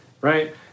right